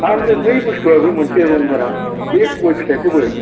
आमफ्राय बै बुस्थुआबो मोनसे रं गोनां बे गय फिथाइखौबो